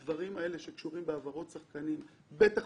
הדברים האלה שקשורים בעבירות שחקנים, בטח